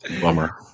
Bummer